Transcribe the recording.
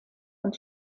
und